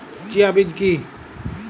Chia বীজ কী?